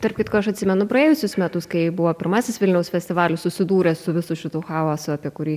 tarp kitko aš atsimenu praėjusius metus kai buvo pirmasis vilniaus festivalis susidūręs su visu šitu chaosu apie kurį